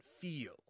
feel